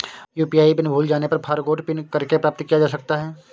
UPI PIN भूल जाने पर फ़ॉरगोट पिन करके प्राप्त किया जा सकता है